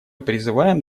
призываем